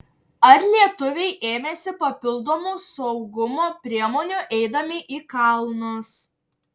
ar lietuviai ėmėsi papildomų saugumo priemonių eidami į kalnus